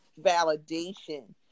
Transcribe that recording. validation